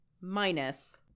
minus